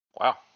Wow